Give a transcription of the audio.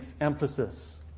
emphasis